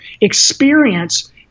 experience